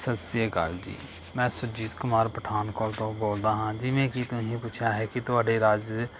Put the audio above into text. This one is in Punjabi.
ਸਤਿ ਸ਼੍ਰੀ ਅਕਾਲ ਜੀ ਮੈਂ ਸੁਰਜੀਤ ਕੁਮਾਰ ਪਠਾਨਕੋਟ ਤੋਂ ਬੋਲਦਾ ਹਾਂ ਜਿਵੇਂ ਕਿ ਤੁਸੀਂ ਪੁੱਛਿਆ ਹੈ ਕਿ ਤੁਹਾਡੇ ਰਾਜ